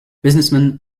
businessmen